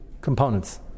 components